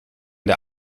der